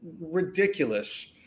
ridiculous